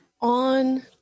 on